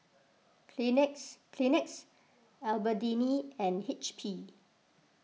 Kleenex Kleenex Albertini and H P